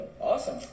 Awesome